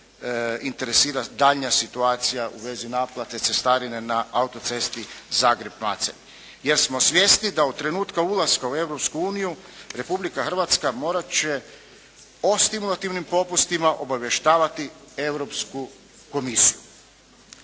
daljnja situacija u vezi naplate cestarine na autocesti Zagreb-Macelj jer smo svjesni da od trenutka ulaska u Europsku uniju Republika Hrvatska morat će o stimulativnim popustima obavještavati Europsku komisiju.